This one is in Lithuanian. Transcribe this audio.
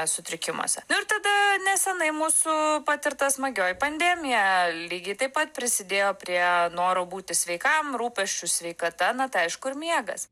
sutrikimuose nu ir tada nesenai mūsų patirta smagioji pandemija lygiai taip pat prisidėjo prie noro būti sveikam rūpesčiu sveikata na tai aišku ir miegas